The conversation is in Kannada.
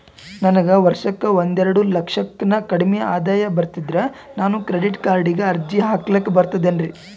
ನನಗ ವರ್ಷಕ್ಕ ಒಂದೆರಡು ಲಕ್ಷಕ್ಕನ ಕಡಿಮಿ ಆದಾಯ ಬರ್ತದ್ರಿ ನಾನು ಕ್ರೆಡಿಟ್ ಕಾರ್ಡೀಗ ಅರ್ಜಿ ಹಾಕ್ಲಕ ಬರ್ತದೇನ್ರಿ?